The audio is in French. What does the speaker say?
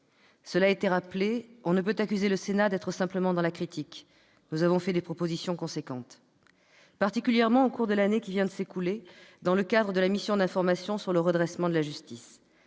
Cela a été rappelé : on ne peut accuser le Sénat d'être simplement dans la critique ; nous avons fait des propositions conséquentes, particulièrement au cours de l'année qui vient de s'écouler, dans le cadre de la mission d'information sur le redressement de la justice.